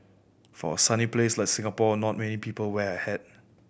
for a sunny place like Singapore not many people wear a hat